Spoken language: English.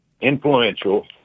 influential